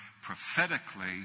prophetically